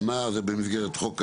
זה במסגרת חוק ההסדרים.